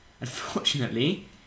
unfortunately